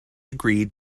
agreed